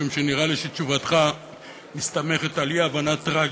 משום שנראה לי שתשובתך מסתמכת על אי-הבנה טרגית.